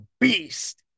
beast